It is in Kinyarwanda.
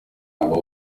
mirimo